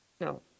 No